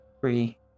three